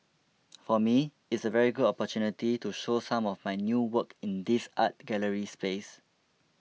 for me it's a very good opportunity to show some of my new work in this art gallery space